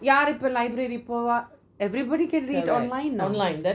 யாரு இப்போ:yaaru ipo library போவ:pova everybody can read online now